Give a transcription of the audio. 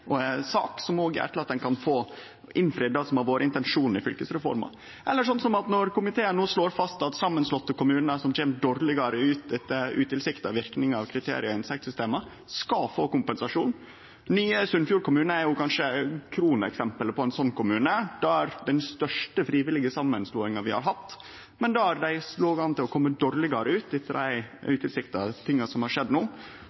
sak, som òg etlar at ein kan få innfridd det som har vore intensjonen i fylkesreforma, eller som at komiteen no slår fast at samanslåtte kommunar som kjem dårlegare ut på grunn av utilsikta verknader av kriterium i inntektssystemet, skal få kompensasjon. Nye Sunnfjord kommune er kanskje kroneksempelet på ein slik kommune. Det er den største frivillige samanslåinga vi har hatt, men der ein låg an til å kome dårlegare ut på grunn av dei utilsikta tinga som har skjedd no.